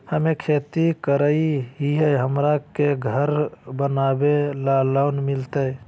हमे खेती करई हियई, हमरा के घर बनावे ल लोन मिलतई?